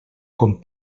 com